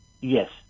Yes